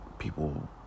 people